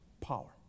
power